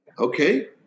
Okay